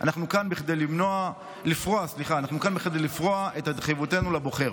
אנחנו כאן כדי לפרוע את התחייבותנו לבוחר.